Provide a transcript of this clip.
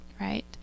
right